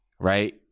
Right